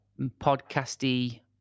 podcasty